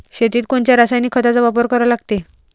शेतीत कोनच्या रासायनिक खताचा वापर करा लागते?